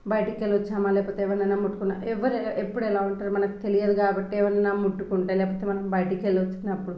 బయటకు వెళ్లి వచ్చామా లేకపోతే ఎవరినైనా ముట్టుకున్నామా ఎవ్వరు ఎప్పుడు ఎలా ఉంటారో మనకి తెలియదు కాబట్టి ఎవరైనా ముట్టుకుంటే లేకపోతే మనం బయటకి వెళ్లి వచ్చినప్పుడు